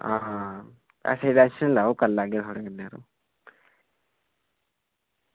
आं ऐसी टेंशन निं लैयो करी लैगे थुआढ़े कन्नै